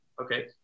Okay